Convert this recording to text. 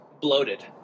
bloated